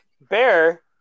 Bear